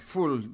Full